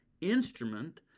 instrument